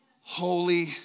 Holy